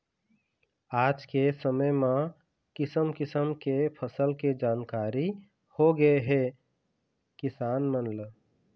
आज के समे म किसम किसम के फसल के जानकारी होगे हे किसान मन ल